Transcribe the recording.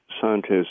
scientists